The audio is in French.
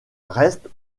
reste